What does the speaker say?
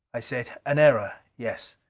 i said, an error yes.